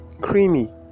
creamy